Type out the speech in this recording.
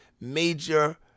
major